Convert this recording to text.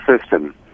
system